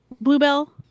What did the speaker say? Bluebell